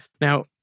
Now